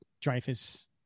Dreyfus